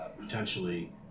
potentially